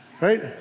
right